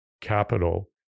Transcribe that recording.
capital